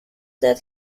that